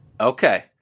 okay